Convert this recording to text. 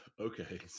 Okay